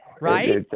Right